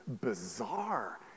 bizarre